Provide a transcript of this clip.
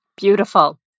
Beautiful